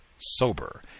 sober